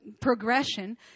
progression